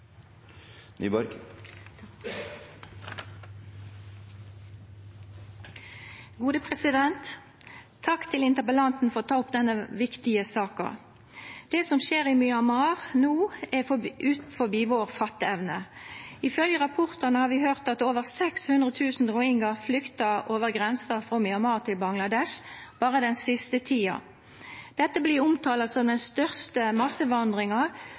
Takk til interpellanten for at han tar opp denne viktige saken. Det som skjer i Myanmar nå, er utenfor vår fatteevne. Ifølge rapportene har vi hørt at over 600 000 rohingyaer har flyktet over grensen fra Myanmar til Bangladesh bare den siste tiden. Dette blir omtalt som den største